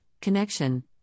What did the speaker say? connection